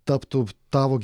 taptų tavo